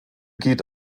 geht